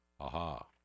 Aha